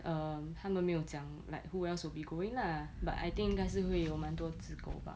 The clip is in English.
err 他们没有讲 like who else will be going lah but I think 应该会有蛮多只狗吧